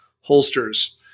Holsters